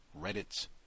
Reddit's